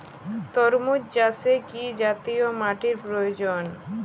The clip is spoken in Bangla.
তরমুজ চাষে কি জাতীয় মাটির প্রয়োজন?